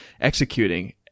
executing